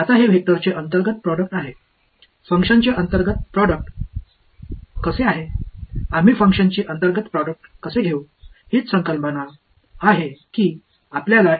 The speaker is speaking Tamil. இப்போது இது வெக்டர் களின் இன்னா் ப்ரோடக்ட் பற்றியது செயல்பாடுகளின் இன்னா் ப்ரோடக்ட்களை எவ்வாறு எடுத்துக்கொள்வது